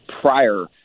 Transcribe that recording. prior